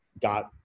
got